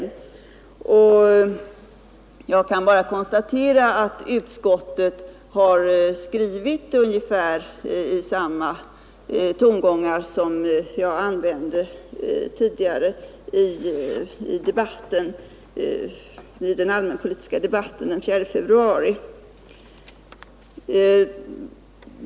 Jag kan bara konstatera att utskottet har skrivit ungefär i samma tongångar som jag använde i den allmänpolitiska debatten den 4 februari.